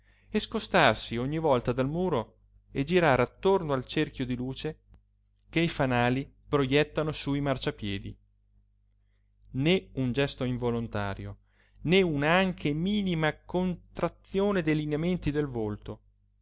e scostarsi ogni volta dal muro e girare attorno al cerchio di luce che i fanali projettano sui marciapiedi né un gesto involontario né una anche minima contrazione dei lineamenti del volto